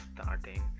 starting